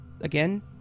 Again